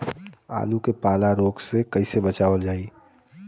आलू के पाला रोग से कईसे बचावल जाई?